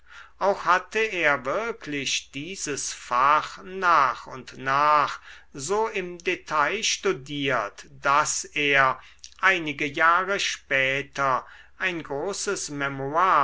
auch hatte er wirklich dieses fach nach und nach so im detail studiert daß er einige jahre später ein großes memoire